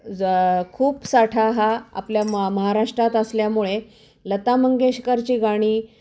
जं खूप साठा हा आपल्या म महाराष्ट्रात असल्यामुळे लता मंगेशकरची गाणी